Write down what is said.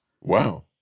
Wow